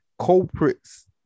culprits